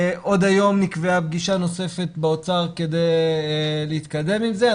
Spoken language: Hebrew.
עוד היום נקבעה פגישה נוספת באוצר כדי להתקדם עם זה.